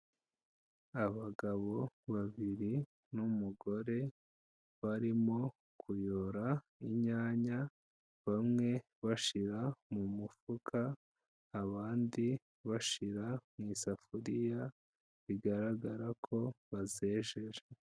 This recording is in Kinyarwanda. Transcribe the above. Abagabo babiri n'umugore barimo kuyora inyanya, bamwe bashyira mu mufuka abandi bashyira mu isafuriya bigaragara ko bazejeje.